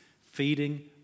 feeding